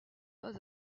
pas